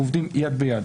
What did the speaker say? אנחנו עובדים יד ביד,